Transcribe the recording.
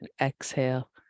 Exhale